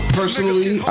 personally